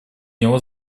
него